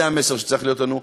זה המסר שצריך להיות לנו,